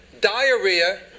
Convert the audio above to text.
diarrhea